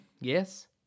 yes